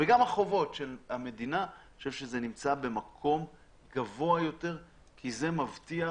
והחובות של המדינה במקום גבוה ביותר כי זה מבטיח